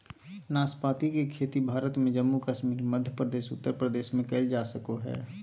नाशपाती के खेती भारत में जम्मू कश्मीर, मध्य प्रदेश, उत्तर प्रदेश में कइल जा सको हइ